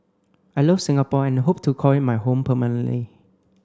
I love Singapore and hope to call it my home permanently